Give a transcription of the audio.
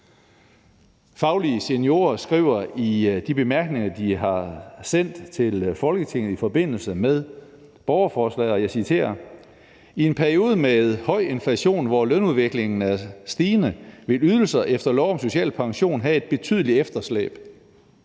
Faglige seniorer skriver i de bemærkninger, de har sendt til Folketinget i forbindelse med borgerforslaget, og jeg citerer: »I en periode med høj inflation, hvor lønudviklingen er stigende, vil ydelser efter lov om social pension have et betydeligt efterslæb.